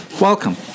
welcome